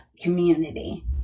community